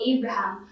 Abraham